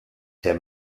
der